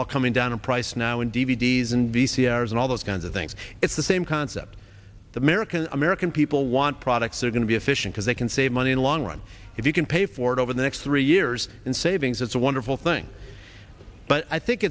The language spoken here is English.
all coming down in price now and d v d s and v c r s and all those kinds of things it's the same concept the american american people want products are going to be efficient cars they can save money in the long run if you can pay for it over the next three years in savings that's a wonderful thing but i think